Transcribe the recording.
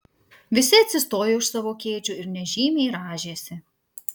visi atsistojo iš savo kėdžių ir nežymiai rąžėsi